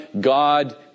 God